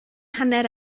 hanner